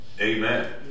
amen